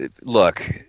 look